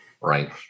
Right